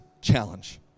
challenge